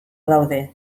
daude